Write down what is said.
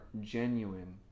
genuine